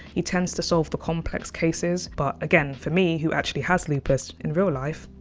he tends to solve the complex cases. but again, for me who actually has lupus in real life,